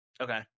Okay